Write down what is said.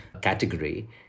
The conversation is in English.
category